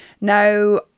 Now